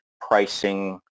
pricing